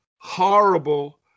horrible